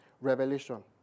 revelation